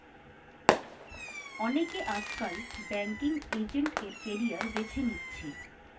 অনেকে আজকাল banking agent এর ক্যারিয়ার বেছে নিচ্ছে